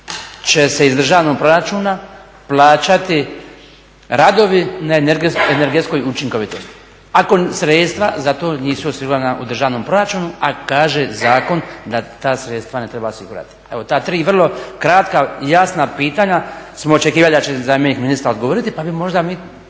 će se iz državnog proračuna plaćati radovi na energetskoj učinkovitosti ako sredstva za to nisu osigurana u državnom proračunu, a kaže zakon da ta sredstva ne treba osigurati. Evo ta tri vrlo kratka i jasna pitanja smo očekivali da će zamjenik ministra odgovoriti pa bi možda takav